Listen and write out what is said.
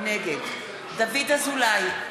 נגד דוד אזולאי,